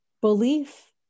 belief